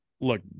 look